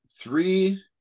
three